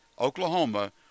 Oklahoma